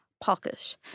pocket